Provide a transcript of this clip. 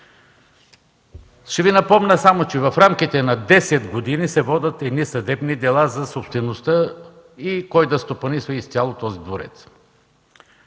Ще напомня, че в рамките на десет години се водят съдебни дела за собствеността и кой да стопанисва изцяло двореца.